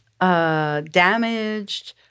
damaged